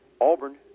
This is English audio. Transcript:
Auburn